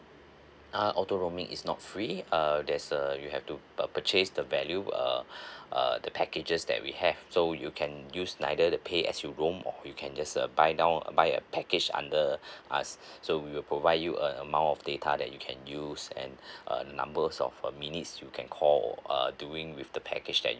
uh auto roaming is not free err there's a you have to uh purchase the value uh uh the packages that we have so you can use neither the pay as you roam or you can just uh buy down buy a package under us so we will provide you a amount of data that you can use and uh numbers of uh minutes you can call err during with the package that